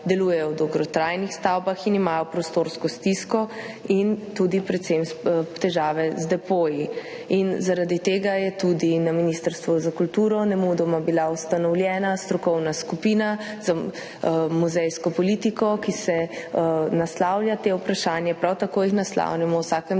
delujejo v dotrajanih stavbah in imajo prostorsko stisko in tudi predvsem težave z depoji. Zaradi tega je bila tudi na Ministrstvu za kulturo nemudoma ustanovljena strokovna skupina za muzejsko politiko, ki naslavlja ta vprašanja, prav tako jih naslavljamo v